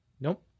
Nope